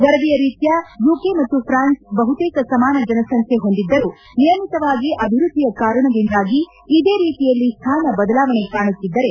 ವರದಿಯ ರೀತ್ಯ ಯುಕೆ ಮತ್ತು ಫ್ರಾನ್ಸ್ ಬಹುತೇಕ ಸಮಾನ ಜನಸಂಖ್ಯೆ ಹೊಂದಿದ್ದರೂ ನಿಯಮಿತವಾಗಿ ಅಭಿವೃದ್ದಿಯ ಕಾರಣದಿಂದಾಗಿ ಇದೇ ರೀತಿಯಲ್ಲಿ ಸ್ಟಾನ ಬದಲಾವಣೆ ಕಾಣುತ್ತಿದ್ದರೆ